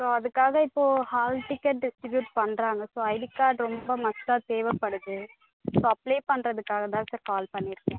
so அதுக்காக இப்போது hall ticket distribute பண்ணுறாங்க ஸோ ஐடி கார்டு ரொம்ப மஸ்ட்டாக தேவைப்படுது இப்போ அப்ளை பண்ணுறதுக்காக தான் சார் கால் பண்ணியிருக்கேன்